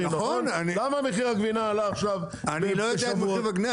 למה מחיר הגבינה עלה עכשיו לפני שבועות?